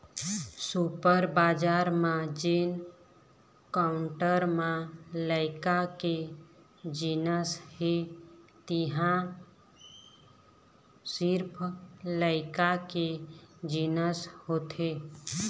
super बजार म जेन काउंटर म लइका के जिनिस हे तिंहा सिरिफ लइका के जिनिस होथे